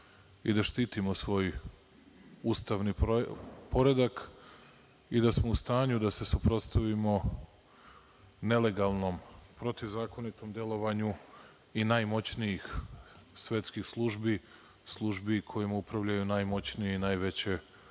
i da štitimo svoj ustavni poredak i da smo u stanju da se suprotstavimo nelegalnom protivzakonitom delovanju i najmoćnijih svetskih službi, službi kojima upravljaju najmoćnije i najveće